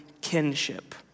kinship